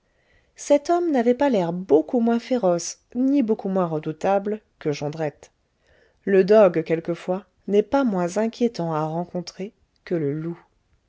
cet homme n'avait pas l'air beaucoup moins féroce ni beaucoup moins redoutable que jondrette le dogue quelquefois n'est pas moins inquiétant à rencontrer que le loup